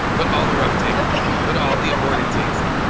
put all the rough take, ok, put all the aborted takes in